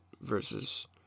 versus